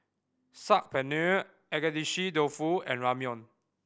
Saag Paneer Agedashi Dofu and Ramyeon